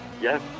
Yes